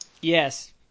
Yes